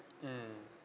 mmhmm